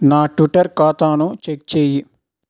నా ట్విట్టర్ ఖాతాను చెక్ చెయ్యి